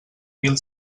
mil